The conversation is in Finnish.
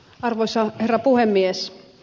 arvoisa herra puhemies